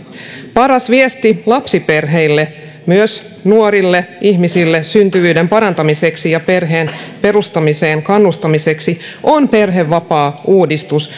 paras viesti lapsiperheille myös nuorille ihmisille syntyvyyden parantamiseksi ja perheen perustamiseen kannustamiseksi on perhevapaauudistus